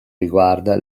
riguarda